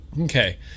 okay